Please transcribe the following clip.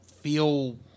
feel